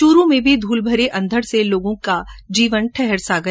च्रू में भी धूलभरी अंधड़ से लोगों का जीवन ठहर गया